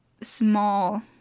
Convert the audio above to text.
small